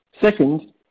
Second